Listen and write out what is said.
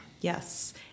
Yes